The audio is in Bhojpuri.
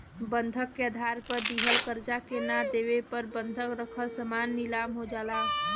बंधक के आधार पर दिहल कर्जा के ना देवे पर बंधक रखल सामान नीलाम हो जाला